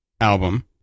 album